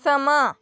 समां